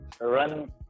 run